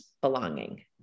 belonging